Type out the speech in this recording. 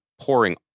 pouring